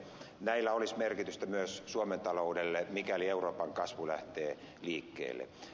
näillä olisi merkitystä myös suomen taloudelle mikäli euroopan kasvu lähtee liikkeelle